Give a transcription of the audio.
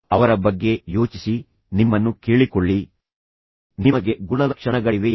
ಅವರ ಬಗ್ಗೆ ಯೋಚಿಸಿ ನಿಮ್ಮನ್ನು ಕೇಳಿಕೊಳ್ಳಿ ನಿಮಗೆ ಗುಣಲಕ್ಷಣಗಳಿವೆಯೇ